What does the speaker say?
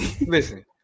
Listen